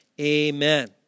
amen